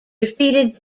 defeated